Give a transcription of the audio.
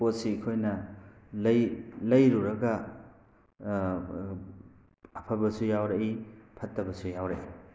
ꯄꯣꯠꯁꯤ ꯑꯩꯈꯣꯏꯅ ꯂꯩ ꯂꯩꯔꯨꯔꯒ ꯑꯐꯕꯁꯨ ꯌꯥꯎꯔꯛꯏ ꯐꯠꯇꯕꯁꯨ ꯌꯥꯎꯔꯛꯏ